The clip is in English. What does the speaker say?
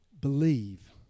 believe